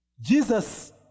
Jesus